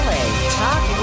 Talk